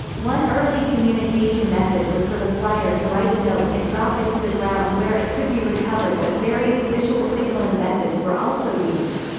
one early communication method was for the flier to write a note and drop it to the ground where it could be recovered but various visual signalling methods were also used.